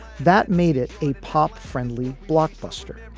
that made it a pop friendly blockbuster,